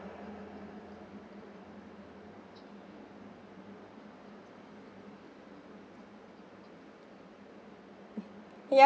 yup